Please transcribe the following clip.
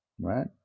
right